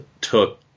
took